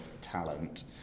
talent